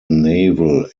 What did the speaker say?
naval